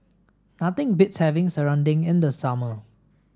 nothing beats having serunding in the summer